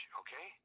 okay